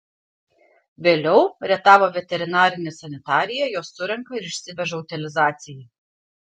vėliau rietavo veterinarinė sanitarija juos surenka ir išsiveža utilizacijai